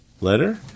letter